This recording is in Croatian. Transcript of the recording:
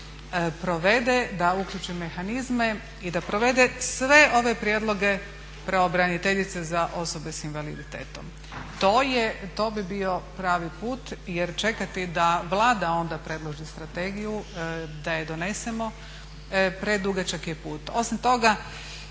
provede, da uključi mehanizme i da provede sve ove prijedloge pravobraniteljice za osobe sa invaliditetom. To bi bio pravi put, jer čekati da Vlada onda predloži strategiju, da je donesemo predugačak je put. Osim toga